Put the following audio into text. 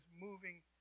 moving